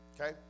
Okay